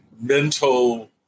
mental